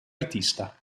artista